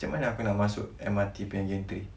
macam mana aku nak masuk M_R_T punya gantry